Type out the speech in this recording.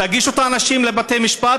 תגישו את האנשים לבתי-המשפט,